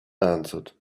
answered